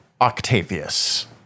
Octavius